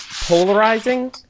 polarizing